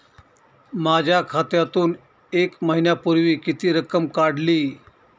माझ्या खात्यातून एक महिन्यापूर्वी किती रक्कम काढली?